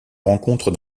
rencontre